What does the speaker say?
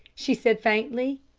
she said faintly.